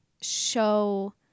show